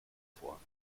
vor